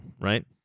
right